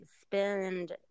spend